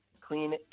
Clean